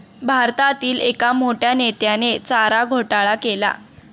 भारतातील एक मोठ्या नेत्याने चारा घोटाळा केला